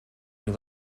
you